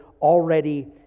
already